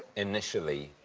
initially,